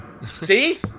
See